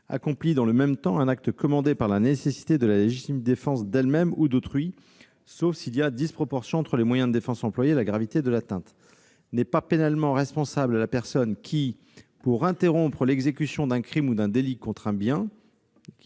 accomplit, dans le même temps, un acte commandé par la nécessité de la légitime défense d'elle-même ou d'autrui, sauf s'il y a disproportion entre les moyens de défense employés et la gravité de l'atteinte »; en outre, « n'est pas pénalement responsable la personne qui, pour interrompre l'exécution d'un crime ou d'un délit contre un bien,